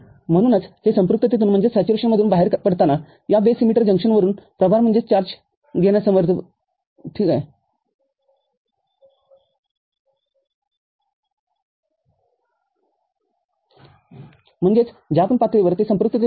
म्हणूनचहे संपृक्ततेतून बाहेर पडताना या बेस इमिटर जंक्शनवरूनप्रभारघेण्यास मदत करते म्हणजेच ज्या पण पातळीवर ते संपृक्ततेत जाते